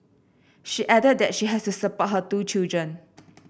she added that she has to support her two children